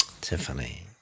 tiffany